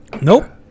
Nope